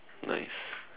nice